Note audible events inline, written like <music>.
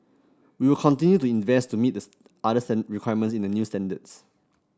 we will continue to invest to meet this other <unintelligible> requirements in the new standards